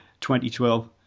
2012